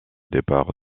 départ